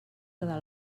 quedar